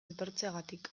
etortzeagatik